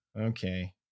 Okay